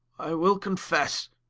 i will confesse.